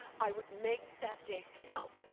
i would make that day count,